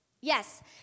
Yes